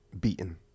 beaten